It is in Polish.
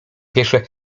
piesze